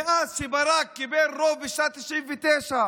מאז, כשברק קיבל רוב בשנת 1999,